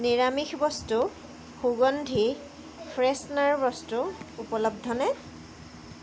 নিৰামিষ বস্তু সুগন্ধি ফ্ৰেছনাৰ বস্তু উপলব্ধনে